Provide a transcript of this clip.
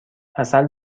عسل